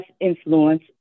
influence